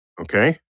Okay